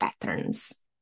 patterns